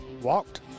Walked